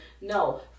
no